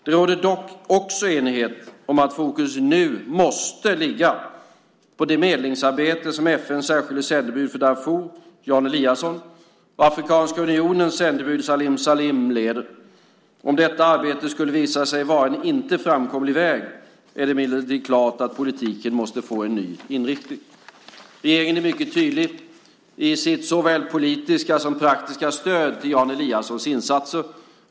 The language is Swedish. Det råder dock också enighet om att fokus nu måste ligga på det medlingsarbete som FN:s särskilde sändebud för Darfur, Jan Eliasson, och Afrikanska unionens sändebud, Salim Salim, leder. Om detta arbete skulle visa sig vara en inte framkomlig väg är det emellertid klart att politiken måste få en ny inriktning. Regeringen är mycket tydlig i sitt såväl politiska som praktiska stöd till Jan Eliassons insatser.